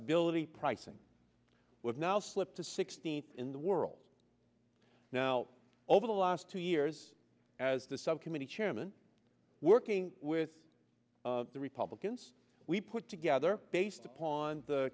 ability pricing was now slipped to sixteen in the world now over the last two years as the subcommittee chairman working with the republicans we put together based upon the